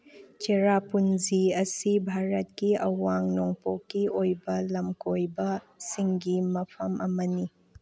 ꯆꯦꯔꯥꯄꯨꯟꯖꯤ ꯑꯁꯤ ꯚꯥꯔꯠꯀꯤ ꯑꯋꯥꯡ ꯅꯣꯡꯄꯣꯛꯀꯤ ꯑꯣꯏꯕ ꯂꯝ ꯀꯣꯏꯕꯁꯤꯡꯒꯤ ꯃꯐꯝ ꯑꯃꯅꯤ